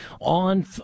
on